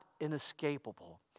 inescapable